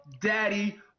Daddy